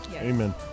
Amen